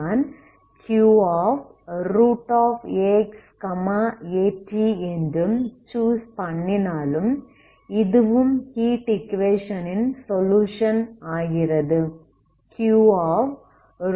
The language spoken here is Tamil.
நான் Qax at என்று சூஸ் பண்ணினாலும் இதுவும் ஹீட் ஈக்குவேஷன் ன் சொலுயுஷன் ஆகிறது